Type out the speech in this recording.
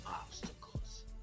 obstacles